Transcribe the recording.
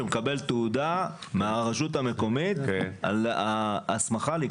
שהוא מקבל תעודה מהרשות המקומית על ההסמכה להיכנס.